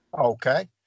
Okay